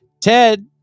Ted